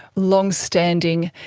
long-standing,